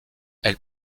elle